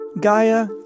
Gaia